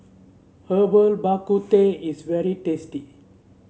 Herbal Bak Ku Teh is very tasty